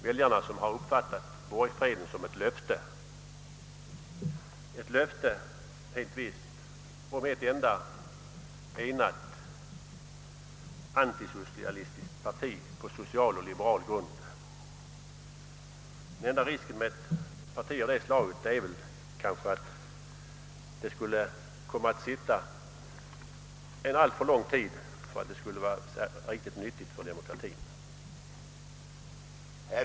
Dessa har uppfattat borgfreden som ett löfte, ett löfte helt visst om ett enda enat antisocialistiskt parti på social och liberal grund. Den enda risken med ett parti av det slaget är kanske att det skulle komma att sitta vid makten en alltför lång tid för att det skulle vara riktigt nyttigt för demokratien.